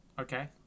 Okay